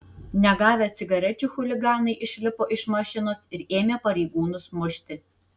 negavę cigarečių chuliganai išlipo iš mašinos ir ėmė pareigūnus mušti